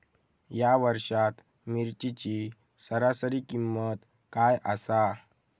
या वर्षात मिरचीची सरासरी किंमत काय आसा?